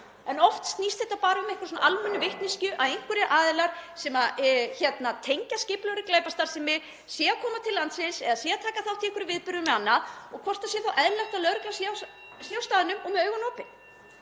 En oft snýst þetta bara um einhverja almenna vitneskju, að einhverjir aðilar sem tengjast skipulagðri glæpastarfsemi séu að koma til landsins eða séu að taka þátt í einhverjum viðburðum eða annað og hvort það sé þá eðlilegt að lögreglan sé á staðnum og með augun opin.